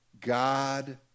God